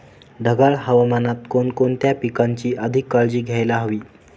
ढगाळ हवामानात कोणकोणत्या पिकांची अधिक काळजी घ्यायला हवी?